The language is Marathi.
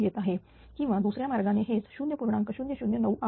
00979 येत आहे किंवा दुसऱ्या मार्गाने हेच 0